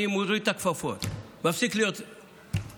אני מוריד את הכפפות ומפסיק להיות עדין: